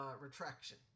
retraction